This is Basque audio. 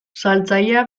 saltzaile